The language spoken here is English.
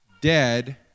Dead